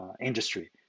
industry